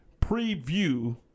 preview